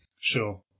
Sure